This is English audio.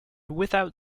without